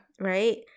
Right